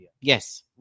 Yes